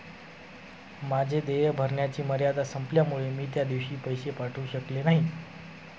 माझे देय भरण्याची मर्यादा संपल्यामुळे मी त्या दिवशी पैसे पाठवू शकले नाही